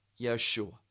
Yeshua